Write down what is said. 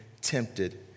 tempted